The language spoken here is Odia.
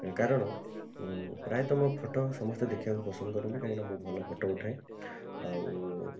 କାରଣ ପ୍ରାୟତଃ ମୋ ଫଟୋ ସମସ୍ତେ ଦେଖିବାକୁ ପସନ୍ଦ କରନ୍ତି ନା କାହିଁକି ନା ଭଲ ଫଟୋ ଉଠାଏ ଆଉ